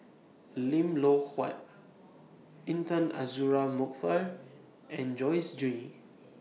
Lim Loh Huat Intan Azura Mokhtar and Joyce Jue